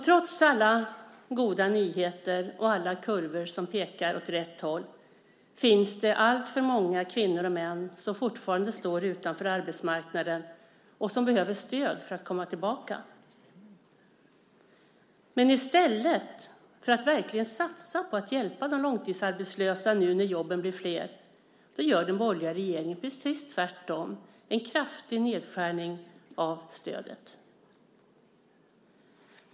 Trots alla goda nyheter och alla kurvor som pekar åt rätt håll finns det alltför många kvinnor och män som fortfarande står utanför arbetsmarknaden och som behöver stöd för att komma tillbaka. Men i stället för att verkligen satsa på att hjälpa de långtidsarbetslösa när jobben nu blir flera gör den borgerliga regeringen precis tvärtom - en kraftig nedskärning av stödet.